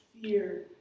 fear